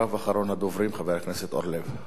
אחריו, אחרון הדוברים, חבר הכנסת אורלב.